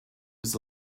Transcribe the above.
was